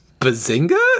Bazinga